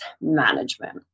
management